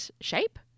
shape